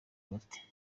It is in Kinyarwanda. bati